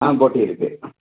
ஆ போட்டி இருக்குது